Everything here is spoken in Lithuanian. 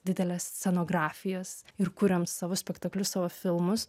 dideles scenografijas ir kuriam savo spektaklius savo filmus